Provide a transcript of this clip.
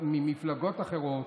ממפלגות אחרות.